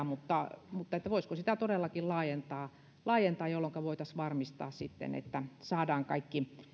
mutta mutta voisiko sitä todellakin laajentaa laajentaa jolloinka voitaisiin varmistaa että saadaan kaikki